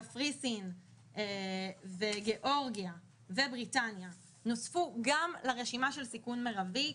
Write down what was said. קפריסין וגיאורגיה ובריטניה נוספו גם לרשימה של סיכון מרבי,